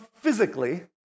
physically